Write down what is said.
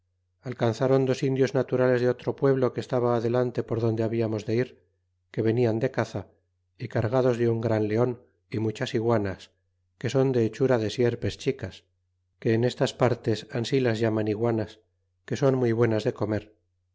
alcanzron dos indios naturales de otro pueblo que estaba adelante por donde hablamos de ir que venian de caza y cargados de un gran leon y muchas iguanas que son de hechura de sierpes chicas que en estas partes ansi las llaman iguanas que son muy buenas de comer